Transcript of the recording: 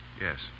Yes